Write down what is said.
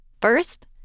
First